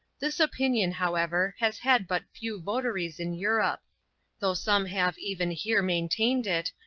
this opinion, however, has had but few votaries in europe though some have even here maintained it,